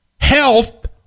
Health